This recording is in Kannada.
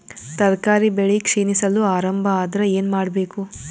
ತರಕಾರಿ ಬೆಳಿ ಕ್ಷೀಣಿಸಲು ಆರಂಭ ಆದ್ರ ಏನ ಮಾಡಬೇಕು?